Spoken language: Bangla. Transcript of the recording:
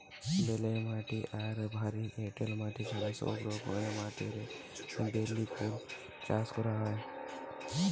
বেলে মাটি আর ভারী এঁটেল মাটি ছাড়া সব রকমের মাটিরে বেলি ফুল চাষ করা যায়